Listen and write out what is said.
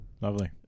Lovely